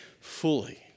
fully